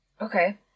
Okay